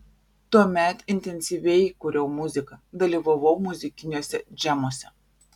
tuomet intensyviai kūriau muziką dalyvavau muzikiniuose džemuose